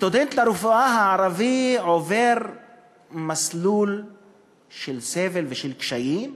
הסטודנט הערבי לרפואה עובר מסלול של סבל ושל קשיים,